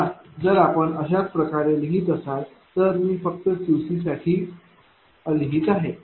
आता जर आपण अशाच प्रकारे लिहित असाल तर मी फक्त Q साठी लिहित आहे